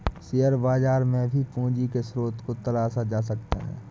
share बाजार में भी पूंजी के स्रोत को तलाशा जा सकता है